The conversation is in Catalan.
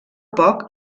poc